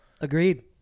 agreed